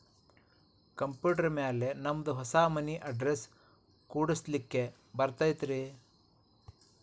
Computer ಮ್ಯಾಲೆ ನಮ್ದು ಹೊಸಾ ಮನಿ ಅಡ್ರೆಸ್ ಕುಡ್ಸ್ಲಿಕ್ಕೆ ಬರತೈತ್ರಿ?